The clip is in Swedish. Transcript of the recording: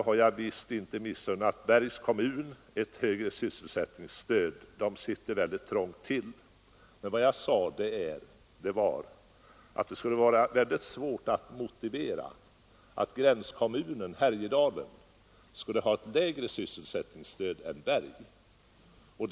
Jag har visst inte missunnat Bergs kommun ett högre sysselsättningsstöd; kommunen sitter mycket trångt till. Vad jag sade var att det skulle vara svårt att motivera att gränskommunen Härjedalen skulle ha ett lägre sysselsättningsstöd än Berg har.